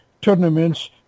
tournaments